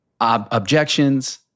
objections